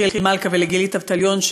ליחיאל מלכה ולגילית אבטליון,